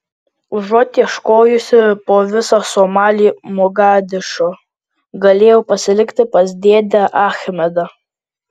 užuot ieškojusi po visą somalį mogadišo galėjau pasilikti pas dėdę achmedą